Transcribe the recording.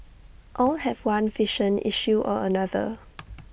all have one vision issue or another